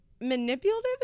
manipulative